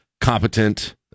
competent